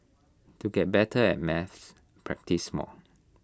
to get better at maths practise more